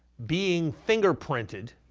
being fingerprinted